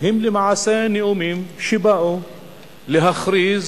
הם למעשה נאומים שבאו להכריז